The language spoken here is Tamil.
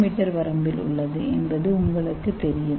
எம் வரம்பில் உள்ளது என்பது உங்களுக்குத் தெரியும்